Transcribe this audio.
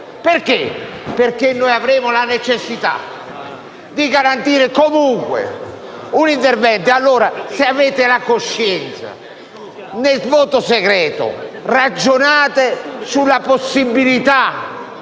favore, perché avremo la necessità di garantire comunque un intervento. Allora, se avete una coscienza, nel voto segreto ragionate sulla possibilità